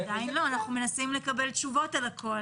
עדיין לא, אנחנו מנסים לקבל תשובות על הכול.